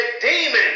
demons